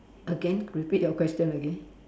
again repeat your question again